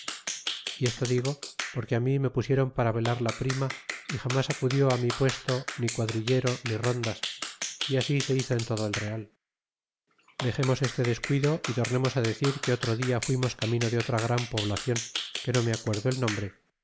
y esto digo porque á mi me pusieron para velar la prima y jamás acudió á mi puesto ni quadrillero ni rondas y así se hizo en todo el real dexemos deste descuido y tornemos á decir que otro dia fuimos camino de otra gran poblacion que no me acuerdo el nombre